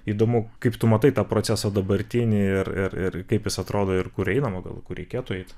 įdomu kaip tu matai tą procesą dabartinį ir ir ir kaip jis atrodo ir kur einama gal kur reikėtų eit